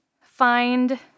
find